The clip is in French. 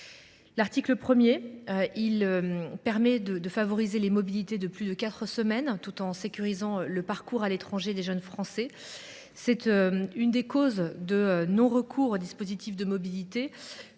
L’article 1 du texte favorise les mobilités de plus de quatre semaines, tout en sécurisant le parcours à l’étranger des jeunes Français. Une des causes de non recours au dispositif de mobilité